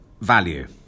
value